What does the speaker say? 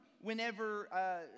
whenever